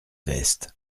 veste